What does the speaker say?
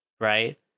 right